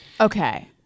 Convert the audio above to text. Okay